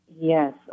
Yes